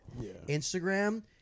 Instagram